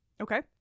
Okay